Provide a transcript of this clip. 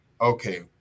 Okay